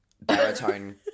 baritone